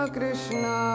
Krishna